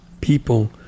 People